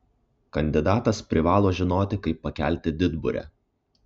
kandidatas privalo žinoti kaip pakelti didburę